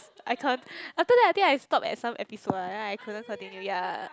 I can't after that I think I just stop at some episodes and then I couldn't continue ya